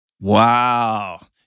Wow